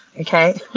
okay